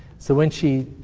so when she